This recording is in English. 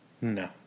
No